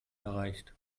erreicht